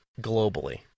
globally